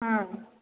ହଁ